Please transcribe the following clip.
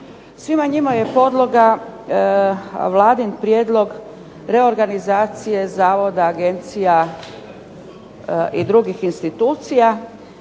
Svima njima je podloga Vladin prijedlog reorganizacije zavoda, agencija i drugih institucija,